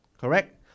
Correct